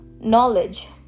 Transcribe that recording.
knowledge